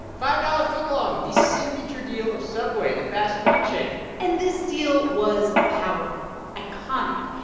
five-dollar footlong, the signature deal of subway, the fast-food chain and this deal was powerful, iconic.